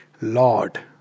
Lord